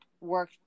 work